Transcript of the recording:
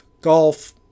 Golf